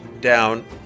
down